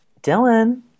Dylan